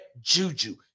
juju